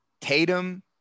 Tatum